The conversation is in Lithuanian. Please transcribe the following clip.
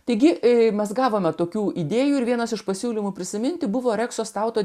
taigi mes gavome tokių idėjų ir vienas iš pasiūlymų prisiminti buvo rekso stauto